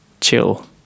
chill